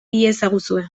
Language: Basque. iezaguzue